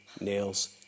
nails